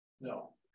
No